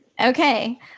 Okay